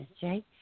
Jay